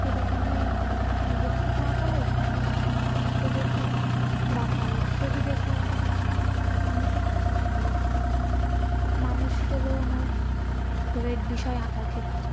সেটা কোনো নিজের থেকে আঁকা হোক বা কোনো মানুষকে দেখে বা কারোর ছবি দেখে আঁকা মানুষ আঁকতে ভালো লাগে মানুষ হল আমার ফেভারিট বিষয় আঁকার ক্ষেত্রে